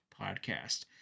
podcast